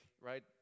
right